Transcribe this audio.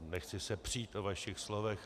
Nechci se přít o vašich slovech.